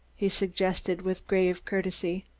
he suggested with grave courtesy.